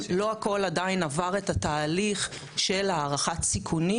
לא הכל עדיין עבר את התהליך של הערכת סיכונים